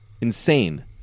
insane